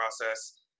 process